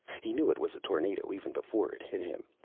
he knew it was a tornado even before it hit him.